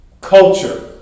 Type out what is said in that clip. culture